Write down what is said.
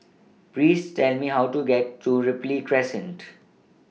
Please Tell Me How to get to Ripley Crescent